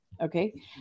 Okay